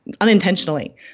unintentionally